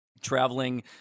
traveling